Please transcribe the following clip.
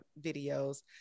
videos